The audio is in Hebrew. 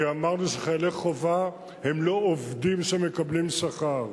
כי אמרנו שחיילי חובה הם לא עובדים שמקבלים שכר,